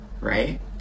right